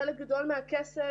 חלק גדול מהכסף,